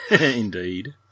Indeed